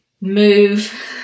move